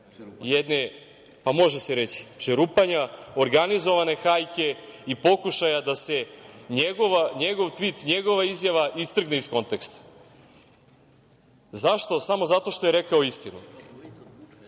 jednog, pa može se reći čerupanja, organizovane hajke i pokušaja da se njegov tvit, njegova izjava istrgne iz konteksta. Zašto? Samo zato što je rekao istinu.